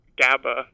GABA